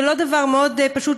זה לא דבר מאוד פשוט,